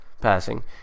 passing